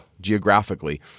geographically